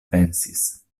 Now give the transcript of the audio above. pensis